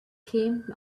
came